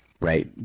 right